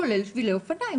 כולל שבילי אופניים,